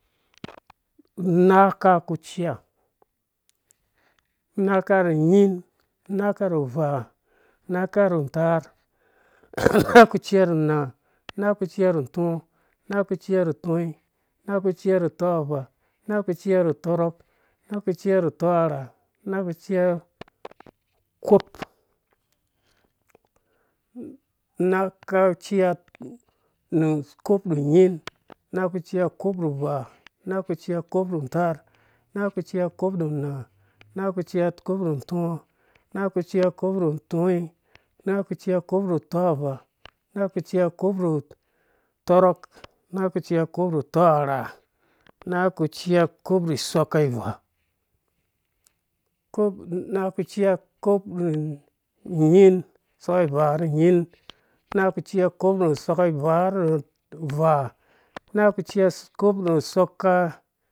Unaka ku ciya unaka nu unyin unaka nu uvaa unaka ciya nu untaar unaka ciya nu unaa unaka ciya nu utɔɔ unaka ciya nu tɔnyi unaka ciya nu utɔvaa unaka ciya nu tɔrɔk unaka ciya nu tɔrha unaka ciya kop. unaka ciya kop unyin unaka ciya kop uvaa unaka ciya kop untaar unaka ciya kop unaa unaka ciya kop utɔɔ unaka ciya kop utɔnyi unaka ciya kop utɔvaa unaka ciya kop tɔrok unaka ciya kop tɔrha unaka ciya kop nu soka unyin ciya kop nu soka uvaa ciya kop nu soka untaar ciya kop nu soka unaa ciya kop nu soka utɔɔ ciya kop nu soka utɔnyi ciya kop nu soka utɔvaa ciya kop nu soka tɔrok ciya kop nu soka tɔrha ciya kop nu soka ivaa ciya kop nu soka ivaa unyin ciya kop nu soka ivaa uvaa ciya kop nu soka,